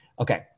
Okay